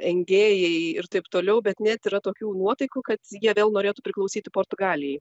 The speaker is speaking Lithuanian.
engėjai ir taip toliau bet net yra tokių nuotaikų kad jie vėl norėtų priklausyti portugalijai